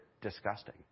disgusting